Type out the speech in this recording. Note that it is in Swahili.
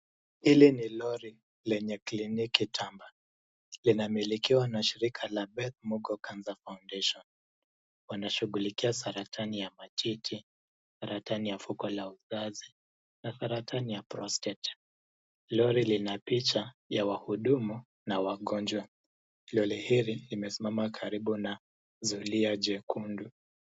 Hili ni lori lenye kliniki tamba. Linamilikiwa na shirika la Beth Mugo Cancer Foundation. Wanashughulikia saratani ya matiti, saratani ya fuko la uzazi, na saratani ya [cs prostate . Lori lina picha ya wahudumu na wagonjwa. Lori hili limesimama karibu na zulia jekundu.